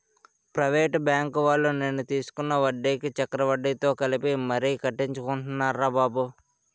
private బాంకువాళ్ళు నేను తీసుకున్న వడ్డీకి చక్రవడ్డీతో కలిపి మరీ కట్టించుకున్నారురా బాబు